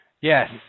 Yes